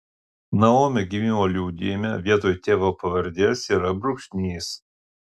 naomi gimimo liudijime vietoj tėvo pavardės yra brūkšnys